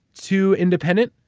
too independent,